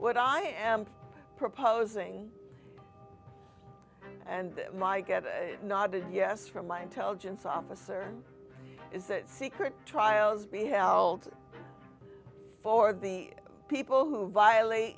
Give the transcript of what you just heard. what i am proposing and my get nodded yes from my intelligence officer is that secret trials be held for the people who violate